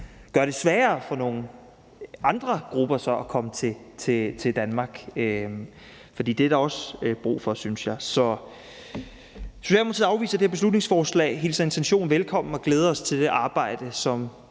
gør det sværere for nogle andre grupper at komme til Danmark. For det er der også brug for, synes jeg. Socialdemokratiet afviser det her beslutningsforslag, men vi hilser intentionen velkommen og glæder os til det arbejde, som